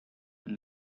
and